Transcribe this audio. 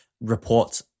report